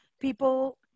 people